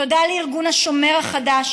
תודה לארגון השומר החדש,